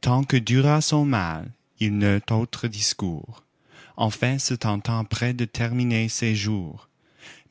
tant que dura son mal il n'eut autre discours enfin se sentant près de terminer ses jours